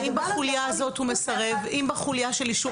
ואם הוא מסרב, בחולייה של אישור